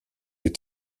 les